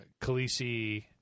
Khaleesi